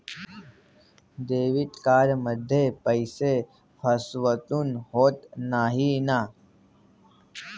Debit कार्डमध्ये पैसे फसवणूक होत नाही ना?